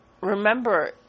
remember